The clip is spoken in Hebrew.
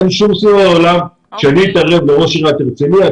אין שם סיכוי שאני אתערב לראש עיריית הרצליה,